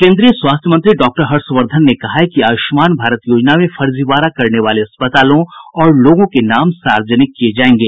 केन्द्रीय स्वास्थ्य मंत्री डॉक्टर हर्षवर्धन ने कहा है कि आयुष्मान भारत योजना में फर्जीवाड़ा करने वाले अस्पतालों और लोगों के नाम सार्वजनिक किये जायेंगे